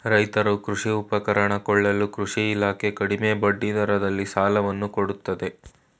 ರೈತರು ಕೃಷಿ ಉಪಕರಣ ಕೊಳ್ಳಲು ಕೃಷಿ ಇಲಾಖೆ ಕಡಿಮೆ ಬಡ್ಡಿ ದರದಲ್ಲಿ ಸಾಲವನ್ನು ಕೊಡುತ್ತದೆ